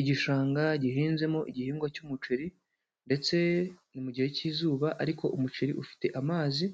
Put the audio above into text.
Igishanga gihinzemo igihingwa cy'umuceri ndetse ni mu gihe cy'izuba ariko umuceri ufite amazi